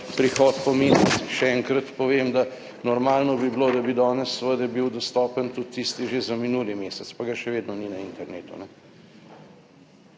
prihod po mesecih. Še enkrat povem, da normalno bi bilo, da bi danes seveda bil dostopen tudi tisti že za minuli mesec, pa ga še vedno ni na internetu.